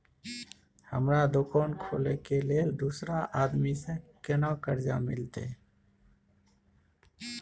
हमरा दुकान खोले के लेल दूसरा आदमी से केना कर्जा मिलते?